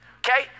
okay